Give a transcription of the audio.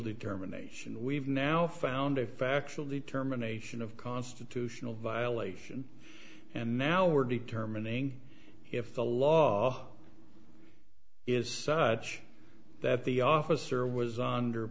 determination we've now found a factual determination of constitutional violation and now we're determining if the law is such that the officer was onder